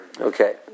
Okay